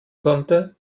konnte